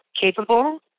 capable